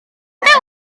wrthi